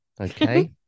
okay